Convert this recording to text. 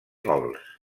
gols